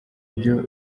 byo